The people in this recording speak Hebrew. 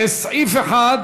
לסעיף 1